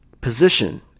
position